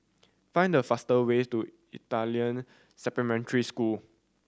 find the fastest way to Italian Supplementary School